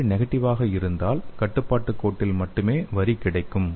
மாதிரி நெகடிவ் ஆக இருந்தால் கட்டுப்பாட்டு கோட்டில் மட்டுமே வரி கிடைக்கும்